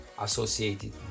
associated